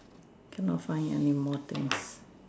cannot find anymore things